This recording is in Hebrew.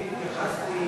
אני התייחסתי